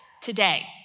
today